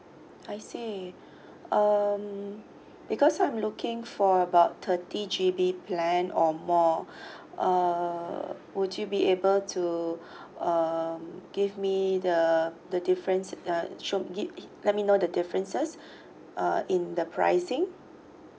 I see um because I'm looking for about thirty G_B plan or more uh would you be able to um give me the the difference uh show give let me know the differences uh in the pricing